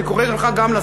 ואני קורא גם לשר,